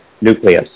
nucleus